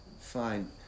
Fine